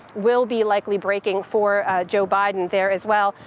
will be likely breaking for joe biden there as well.